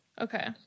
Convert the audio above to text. Okay